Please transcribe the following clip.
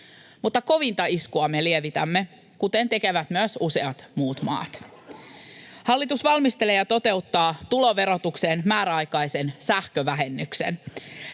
mutta kovinta iskua me lievitämme, kuten tekevät myös useat muut maat. Hallitus valmistelee ja toteuttaa tuloverotukseen määräaikaisen sähkövähennyksen.